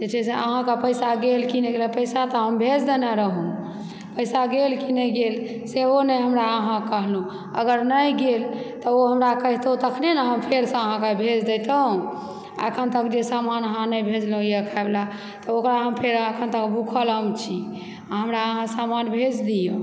जे छै से अहुँके पैसा गेल कि नहि पैसा तऽ हम भेज देने रहहुँ पैसा गेल कि नहि गेल सेहो नहि हमरा अहाँ कहलहुँ अगर नहि गेल तऽ ओ हमरा कहितौ तऽ तखने नऽ हम फेरसँ अहाँकेँ फेरसँ भेज दयतहुँ अखन तक जे समान अहाँ नहि भेजलहुँए खायवला तऽ ओकरा हम फेर अखन तक भूखल हम छी हमरा अहाँ सामान भेज दिऔ